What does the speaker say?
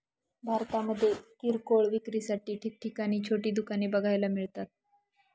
भारतामध्ये किरकोळ विक्रीसाठी ठिकठिकाणी छोटी दुकाने बघायला मिळतात